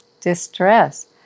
distress